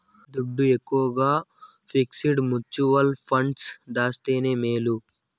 దుడ్డు ఎక్కవగా fixed mutual funds దాస్తేనే మేలు